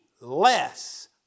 less